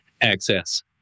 access